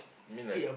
I mean like